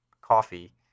coffee